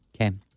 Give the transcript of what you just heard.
Okay